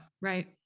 Right